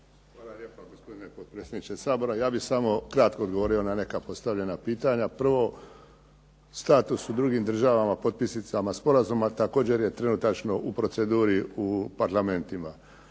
Hvala lijepa gospodine potpredsjedniče Sabora. Ja bih samo kratko odgovorio na neka postavljena pitanja. Prvo, status u drugim državama potpisnicama sporazuma također je trenutačno u proceduri u parlamentima.